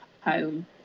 home